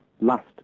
last